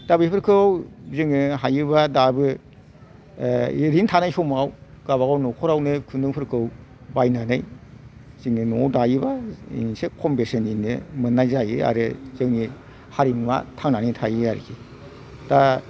दा बेफोरखौ जोङो हायोबा दाबो ओरैनो थानाय समाव गावबा गाव न'खरावनो खुन्दुंफोरखौ बायनानै जोङो नयाव दायोबा एसे खम बेसेनावनो मोननाय जायो आरो जोंनि हारिमुवा थांनानै थायो आरोखि दा